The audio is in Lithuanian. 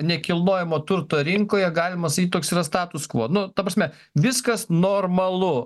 nekilnojamo turto rinkoje galima sakyt toks yra status quo ta prasme viskas normalu